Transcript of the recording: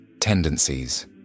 tendencies